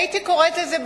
הייתי קוראת לזה,